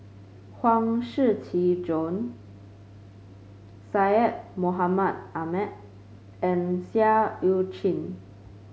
Huang Shiqi Joan Syed Mohamed Ahmed and Seah Eu Chin